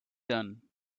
done